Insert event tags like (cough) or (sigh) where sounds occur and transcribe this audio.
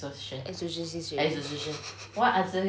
exhaustion (laughs)